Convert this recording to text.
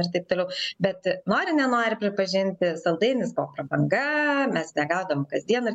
ir taip toliau bet nori nenori pripažinti saldainis buvo prabanga mes negaudavom kasdien ir